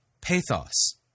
pathos